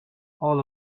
all